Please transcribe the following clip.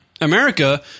America